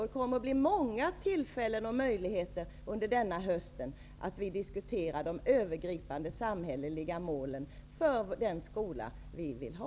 Det kommer under denna höst att bli många tillfällen till att diskutera de övergripande samhälleliga målen för den skola vi vill ha.